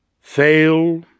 Fail